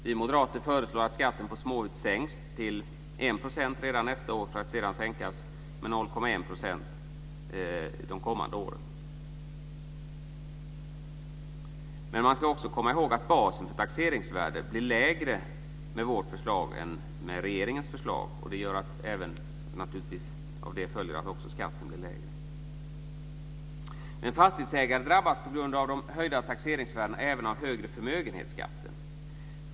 Vi moderater föreslår att skatten på småhus sänks till 1 % redan nästa år för att sedan sänkas med 0,1 % de kommande åren. Man ska också komma ihåg att basen för taxeringsvärdet blir lägre med vårt förslag än med regeringens förslag. Av det följer att också skatten blir lägre. Fastighetsägare drabbas på grund av de höjda taxeringsvärdena även av högre förmögenhetsskatter.